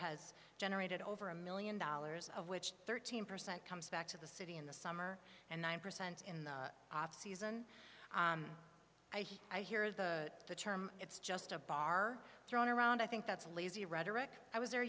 has generated over a million dollars of which thirteen percent comes back to the city in the summer and nine percent in the offseason i hear the term it's just a bar thrown around i think that's lazy rhetoric i was there